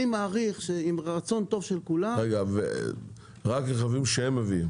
אני מעריך שעם רצון טוב של כולם --- רק רכבים שהם מביאים?